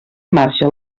marxa